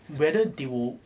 whether they will